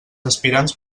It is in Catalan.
aspirants